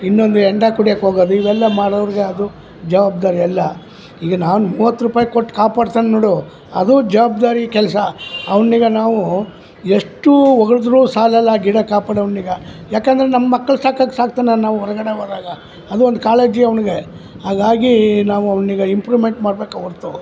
ಇನ್ನೊಂದು ಹೆಂಡ ಕುಡಿಯೋಕೆ ಹೋಗೋದು ಇವೆಲ್ಲ ಮಾಡೋರ್ಗೆ ಅದು ಜವಾಬ್ದಾರಿ ಅಲ್ಲ ಈಗ ನಾನು ಮೂವತ್ತು ರೂಪಾಯಿ ಕೊಟ್ಟು ಕಾಪಾಡ್ತನೆ ನೋಡು ಅದು ಜವಾಬ್ದಾರಿ ಕೆಲಸ ಅವ್ನಿಗೆ ನಾವು ಎಷ್ಟು ಹೊಗುಳಿದ್ರು ಸಾಲಲ್ಲ ಗಿಡ ಕಾಪಾಡವ್ನಿಗೆ ಯಾಕಂದ್ರೆ ನಮ್ಮ ಮಕ್ಳು ಸಾಕೋಂಗ್ ಸಾಕ್ತಾನೆ ನಾವು ಹೊರ್ಗಡೆ ಹೋದಾಗ ಅದು ಒಂದು ಕಾಳಜಿ ಅವನಿಗೆ ಹಾಗಾಗಿ ನಾವು ಅವನಿಗೆ ಇಂಪ್ರೂವ್ಮೆಂಟ್ ಮಾಡಬೇಕೆ ಹೊರ್ತು